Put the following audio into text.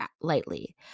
lightly